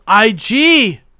Ig